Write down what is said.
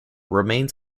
remains